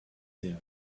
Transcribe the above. there